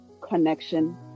connection